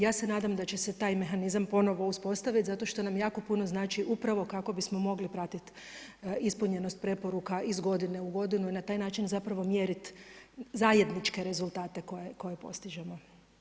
Ja se nadam da će se taj mehanizam ponovno uspostaviti zato što nam jako puno znači upravo kako bismo mogli pratiti ispunjenost preporuka iz godine u godinu i na taj način zapravo mjeriti zajedničke rezultate koje postižemo.